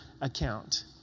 account